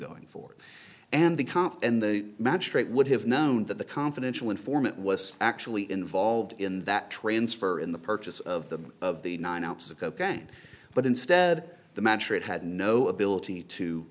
going for and the comfort and the magistrate would have known that the confidential informant was actually involved in that transfer in the purchase of the of the nine ounces of cocaine but instead the matter it had no ability to